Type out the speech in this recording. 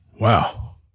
Wow